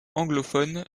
anglophones